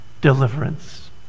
deliverance